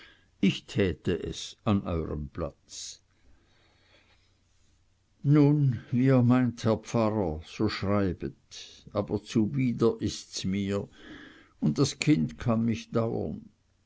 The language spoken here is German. ich täte es an euerm platze nun wie ihr meint herr pfarrer so schreibet aber zuwider ists mir und das kind kann mich dauern